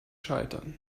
scheitern